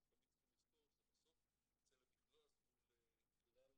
אבל תמיד צריכים לזכור שזה בסוף יוצא למכרז מול כלל